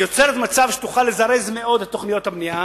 היא יוצרת מצב שיוכל לזרז מאוד את תוכניות הבנייה